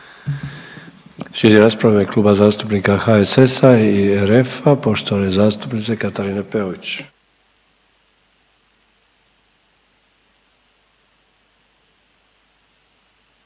Slijedi rasprava u ime Kluba zastupnika HSS-a i RF-a, poštovane zastupnice Katarine Peović.